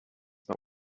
not